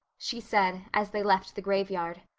she said, as they left the graveyard.